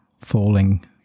falling